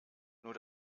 nur